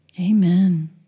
Amen